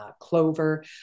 clover